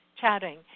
chatting